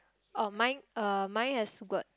uh mine uh mine has words